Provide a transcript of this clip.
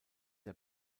der